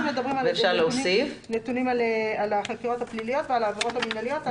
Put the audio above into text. אנחנו מדברים על הנתונים לגבי החקירות הפליליות ועל העבירות המינהליות.